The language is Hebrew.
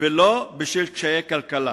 ולא בשל קשיי כלכלה.